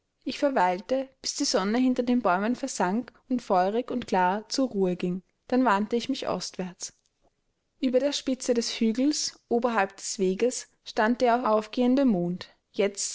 ich verweilte bis die sonne hinter den bäumen versank und feurig und klar zur ruhe ging dann wandte ich mich ostwärts über der spitze des hügels oberhalb des weges stand der aufgehende mond jetzt